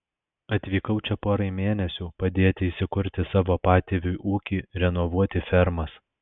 atvykau čia porai mėnesių padėti įsikurti savo patėviui ūkį renovuoti fermas